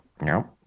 no